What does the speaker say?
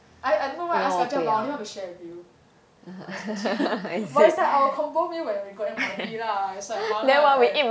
I I don't know why ice kacang but I only want to share with you but it's like our combo meal when we go N_Y_P lah it's like mala